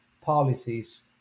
policies